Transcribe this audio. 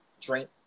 drink